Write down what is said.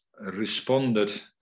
responded